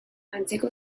antzeko